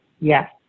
yes